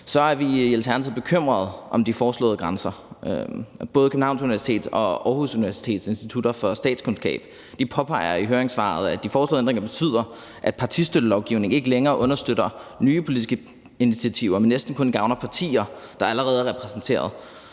så er vi i Alternativet bekymrede for de foreslåede grænser. Både Københavns Universitets og Aarhus Universitets institutter for statskundskab påpeger i høringssvarene, at de foreslåede ændringer betyder, at partistøttelovgivningen ikke længere understøtter nye politiske initiativer, men at de næsten kun gavner partier, der allerede er repræsenteret,